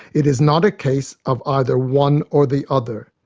it is not a case of either one or the other.